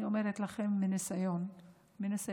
אני אומרת לכם מניסיון אישי,